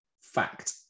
Fact